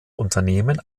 unternehmen